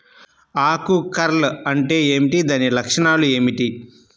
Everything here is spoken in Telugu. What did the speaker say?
ఆకు కర్ల్ అంటే ఏమిటి? దాని లక్షణాలు ఏమిటి?